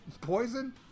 Poison